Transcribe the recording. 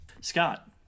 Scott